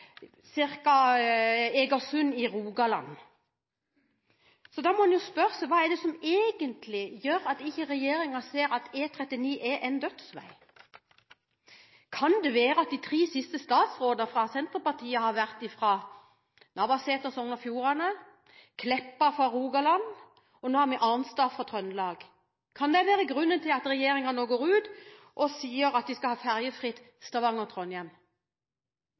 Egersund i Rogaland. Da må en spørre seg hva det er som egentlig gjør at ikke regjeringen ser at E39 er en dødsvei. Kan det være at de tre siste statsrådene fra Senterpartiet har vært Navarsete fra Sogn og Fjordane, Meltveit Kleppa fra Rogaland, og nå Arnstad fra Trøndelag? Kan det være grunnen til at regjeringen nå går ut og sier at de skal ha ferjefritt